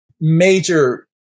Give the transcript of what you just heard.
major